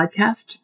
podcast